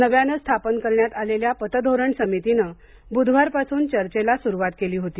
नव्याने स्थापन करण्यात आलेल्या पतधोरण समितीने बुधवार पासून चर्चेला सुरुवात केली होती